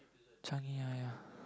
Changi !aiya!